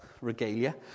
regalia